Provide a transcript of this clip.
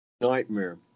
nightmare